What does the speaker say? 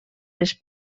les